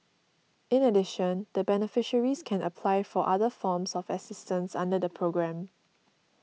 in addition the beneficiaries can apply for other forms of assistance under the programme